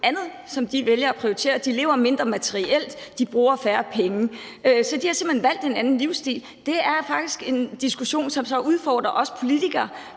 andet, som de vælger at prioritere. De lever mindre materielt. De bruger færre penge, så de har simpelt hen valgt en anden livsstil. Det er faktisk en diskussion, som så udfordrer os politikere,